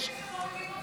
.